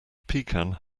pecan